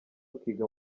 akiga